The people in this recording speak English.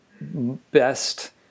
best